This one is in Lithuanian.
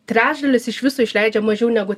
trečdalis iš viso išleidžia mažiau negu